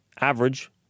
average